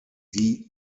die